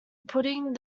putting